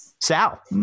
sal